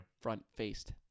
front-faced